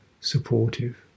supportive